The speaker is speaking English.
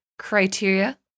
criteria